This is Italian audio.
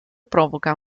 provoca